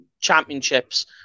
championships